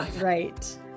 Right